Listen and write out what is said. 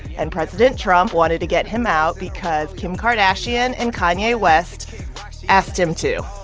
and president trump wanted to get him out because kim kardashian and kanye west asked him to.